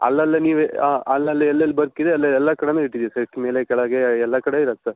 ಅಲ್ಲಲ್ಲೆ ನೀವು ಅಲ್ಲಲ್ಲಿ ಎಲ್ಲೆಲ್ಲಿ ಬಲ್ಕಿದೆ ಅಲ್ಲಿ ಎಲ್ಲ ಕಡೆನು ಇಟ್ಟಿದ್ದೀವಿ ಸೆಟ್ ಮೇಲೆ ಕೆಳಗೆ ಎಲ್ಲ ಕಡೆ ಇರತ್ತೆ ಸರ್